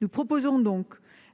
Nous proposons donc